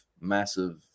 massive